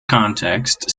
context